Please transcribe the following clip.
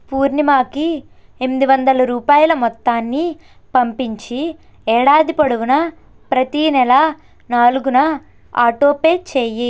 పూర్ణిమాకి ఎంమ్ది వందల రూపాయల మొత్తాన్ని పంపించి ఏడాది పొడవునా ప్రతీ నెల నాలుగున ఆటోపే చెయ్యి